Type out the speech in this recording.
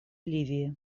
ливии